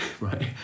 right